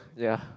ya